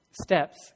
steps